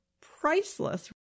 Priceless